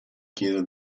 chiesa